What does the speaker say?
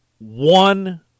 one